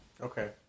Okay